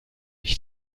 ich